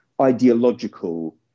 ideological